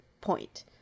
point